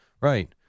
Right